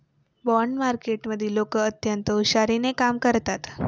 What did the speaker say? bond मार्केटमधले लोक अत्यंत हुशारीने कामं करतात